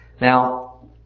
Now